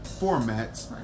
formats